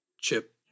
Chip